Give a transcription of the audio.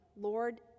Lord